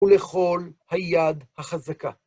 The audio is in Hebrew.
ולכל היד החזקה.